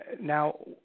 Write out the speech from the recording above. Now